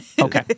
Okay